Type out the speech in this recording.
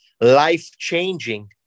life-changing